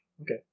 Okay